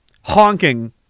Honking